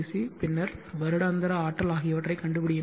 C பின்னர் வருடாந்திர ஆற்றல் ஆகியவற்றைக் கண்டுபிடியுங்கள்